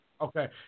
Okay